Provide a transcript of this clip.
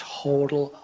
total